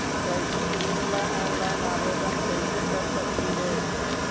शैक्षिक ऋण ला ऑनलाइन आवेदन कैसे कर सकली हे?